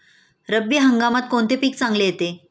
रब्बी हंगामात कोणते पीक चांगले येते?